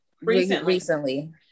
Recently